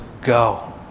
go